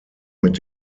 mit